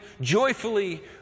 joyfully